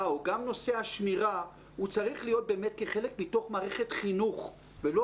או גם נושא השמירה צריך להיות כחלק מתוך מערכת חינוך ולא